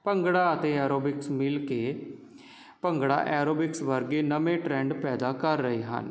ਭੰਗੜਾ ਅਤੇ ਐਰੋਬਿਕਸ ਮਿਲ਼ ਕੇ ਭੰਗੜਾ ਐਰੋਬਿਕਸ ਵਰਗੇ ਨਵੇਂ ਟਰੈਂਡ ਪੈਦਾ ਕਰ ਰਹੇ ਹਨ